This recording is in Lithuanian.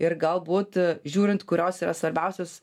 ir galbūt žiūrint kurios yra svarbiausios